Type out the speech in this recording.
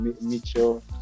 Mitchell